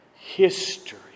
History